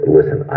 Listen